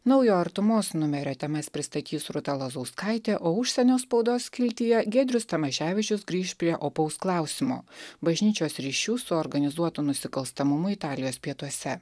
naujo artumos numerio temas pristatys rūta lazauskaitė o užsienio spaudos skiltyje giedrius tamaševičius grįš prie opaus klausimo bažnyčios ryšių su organizuotu nusikalstamumu italijos pietuose